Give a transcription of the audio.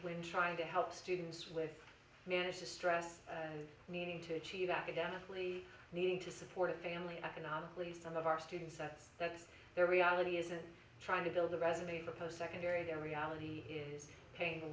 when trying to help students with managed to stress meaning to achieve academically needing to support a family and in our least some of our students that that's their reality isn't trying to build a resume or post secondary their reality is paying the